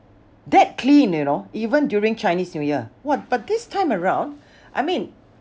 that clean you know even during chinese new year !wah! but this time around I mean